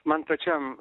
man pačiam